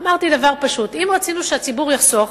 אמרתי דבר פשוט: אם רצינו שהציבור יחסוך,